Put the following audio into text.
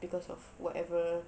because of whatever